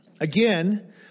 Again